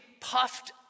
puffed